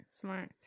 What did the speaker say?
smart